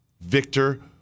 Victor